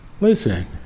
listen